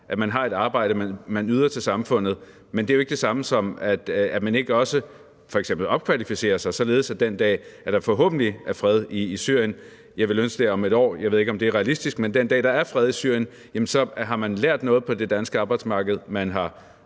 at man har et arbejde, og at man yder til samfundet, men det er jo ikke det samme som, at man ikke også f.eks. opkvalificerer sig, således at den dag, der forhåbentlig er fred i Syrien – jeg ville ønske, det var om et år; jeg ved ikke, om det er realistisk – har man lært noget på det danske arbejdsmarked. Man har